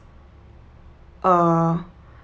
uh